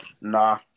Nah